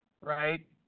right